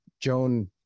Joan